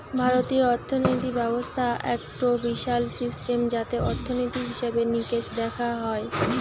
ভারতীয় অর্থিনীতি ব্যবস্থা একটো বিশাল সিস্টেম যাতে অর্থনীতি, হিসেবে নিকেশ দেখা হয়